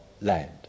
land